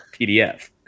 PDF